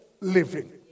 living